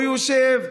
הוא יושב,